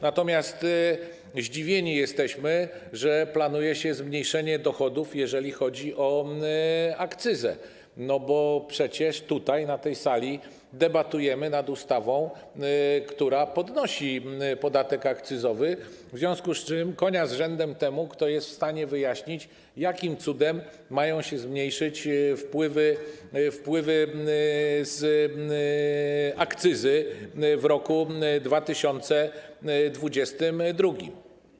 Natomiast zdziwieni jesteśmy, że planuje się zmniejszenie dochodów, jeżeli chodzi o akcyzę, bo przecież na tej sali debatujemy nad ustawą, która podnosi podatek akcyzowy, w związku z czym konia z rzędem temu, kto jest w stanie wyjaśnić, jakim cudem mają się zmniejszyć wpływy z akcyzy w roku 2022.